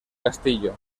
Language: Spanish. castillo